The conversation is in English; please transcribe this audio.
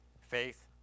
faith